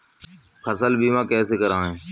फसल बीमा कैसे कराएँ?